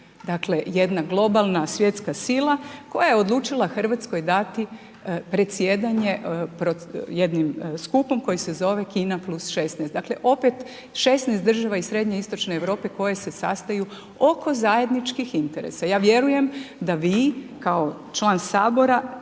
Dakle, jedna globalna svjetska sila koja je odlučila Hrvatskoj dati predsjedanje pred jednim skupom koji se zove Kina +16. Dakle, opet 16 država iz srednje i istočne Europe koje se sastaju oko zajedničkih interesa. Ja vjerujem da vi kao član Sabora